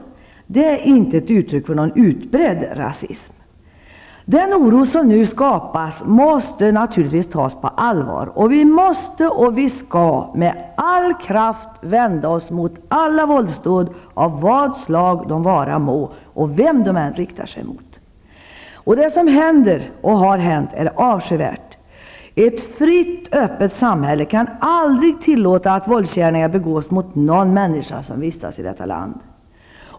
Det är inte ett uttryck för någon utbredd rasism. Den oro som nu skapas måste naturligtvis tas på allvar, och vi måste -- och vi skall -- med all kraft vända oss mot alla våldsdåd av vad slag de vara må och vem de än riktar sig mot. Det som händer och har hänt är avskyvärt! Ett fritt öppet samhälle kan aldrig tillåta att våldsgärningar begås mot någon människa som vistas i detta land!